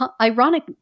ironic